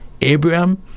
Abraham